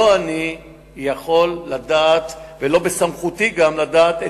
לא אני יכול לדעת ולא בסמכותי גם לדעת את